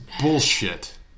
bullshit